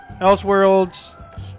Elseworlds